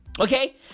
okay